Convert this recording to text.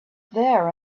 there